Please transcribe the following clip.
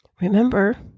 Remember